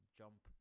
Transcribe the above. jump